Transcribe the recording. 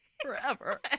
forever